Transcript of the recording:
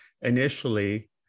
initially